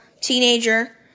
teenager